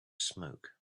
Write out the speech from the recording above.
smoke